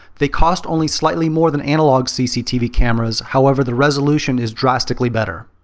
they cost only slightly more than analog cctv cameras, however the resolution is drastically better.